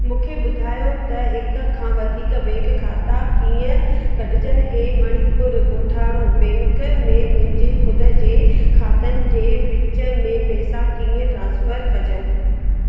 मूंखे ॿुधायो त हिक खां वधीक बैंक खाता कीअं ॻंढिजन ऐं मणिपुर गो॒ठाणो बैंक में मुंहिंजे ख़ुदि जे ख़ातनि जे विच में पैसा कीअं ट्रान्सफर कजनि